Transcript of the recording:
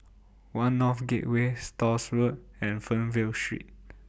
one North Gateway Stores Road and Fernvale Street